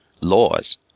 laws